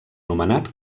nomenat